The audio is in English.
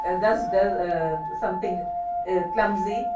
ah gus does something clumsy,